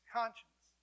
conscience